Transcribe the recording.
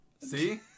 See